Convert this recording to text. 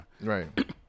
Right